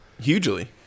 Hugely